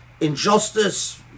injustice